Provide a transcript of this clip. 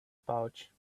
pouch